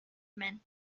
men